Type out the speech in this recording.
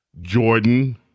Jordan